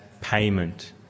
payment